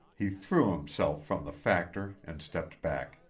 he threw himself from the factor and stepped back.